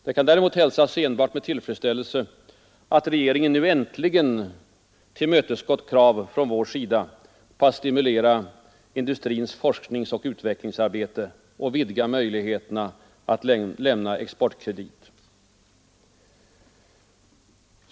Det kan däremot hälsas med enbart tillfredsställelse att regeringen nu äntligen tillmötesgått krav från vår sida på att stimulera industrins forskningsoch utvecklingsarbete och vidga möjligheterna att lämna exportkredit. 6.